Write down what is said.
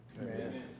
Amen